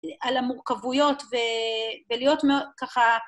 על המורכבויות ולהיות מאוד ככה...